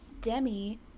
Demi